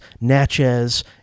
Natchez